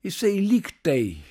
jisai lyg tai